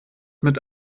mit